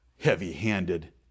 Heavy-handed